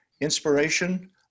Inspiration